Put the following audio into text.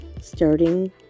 starting